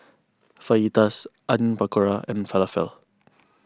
Fajitas Onion Pakora and Falafel